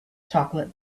chocolate